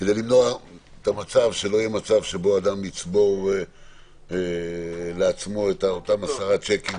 כדי למנוע מצב שאדם יצבור 10 שיקים